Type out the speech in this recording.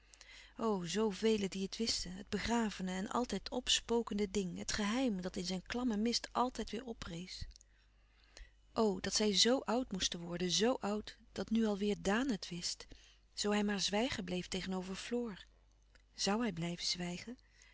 zoo velen die het wisten het begravene en altijd pspokende ding het geheim dat in zijn klammen mist àltijd weêr oprees o dat zij zoo oud moesten worden zo oud dat nu al weêr daan het wist zoo hij maar zwijgen bleef tegenover floor zû hij blijven zwijgen